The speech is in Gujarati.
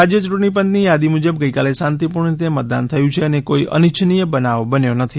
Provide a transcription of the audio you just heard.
રાજ્ય યૂંટણી પંચની યાદી મુજબ ગઇકાલે શાંતિપૂર્ણ રીતે મતદાન થયું છે અને કોઇ અનિચ્છનીય બનાવ બન્યો નથી